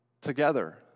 together